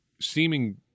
seeming